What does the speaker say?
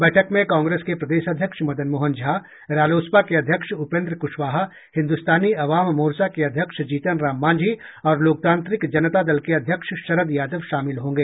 बैठक में कांग्रेस के प्रदेश अध्यक्ष मदन मोहन झा रालोसपा के अध्यक्ष उपेन्द्र कुशवाहा हिन्दुस्तानी अवाम मोर्चा के अध्यक्ष जीतन राम मांझी और लोकतांत्रिक जनता दल के अध्यक्ष शरद यादव शामिल होंगे